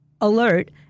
alert